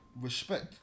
respect